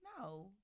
No